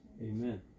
Amen